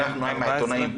אנחנו עם העיתונאים,